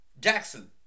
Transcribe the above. Jackson